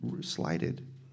slighted